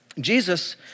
Jesus